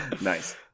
Nice